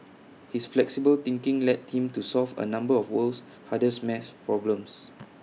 his flexible thinking led him to solve A number of the world's hardest math problems